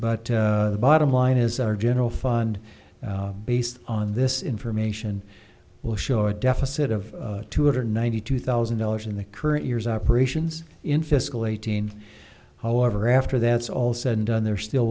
but the bottom line is our general fund based on this information will show a deficit of two hundred ninety two thousand dollars in the current year's operations in fiscal eighteen however after that's all said and done there still